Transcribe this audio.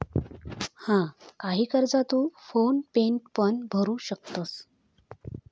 हा, काही कर्जा तू फोन पेन पण भरू शकतंस